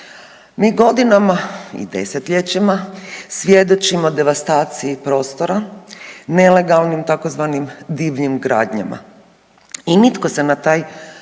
Mi godinama i desetljećima svjedočimo devastaciji prostora, nelegalnim tzv. divljim gradnjama